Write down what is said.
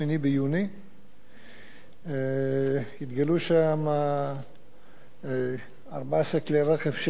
התגלו שם 14 כלי רכב שחובלו צמיגיהם,